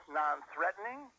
non-threatening